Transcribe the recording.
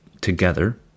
together